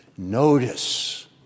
Notice